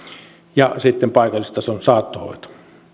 ja sitten paikallistason saattohoito